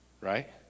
right